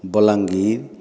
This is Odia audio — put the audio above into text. ବଲାଙ୍ଗୀର୍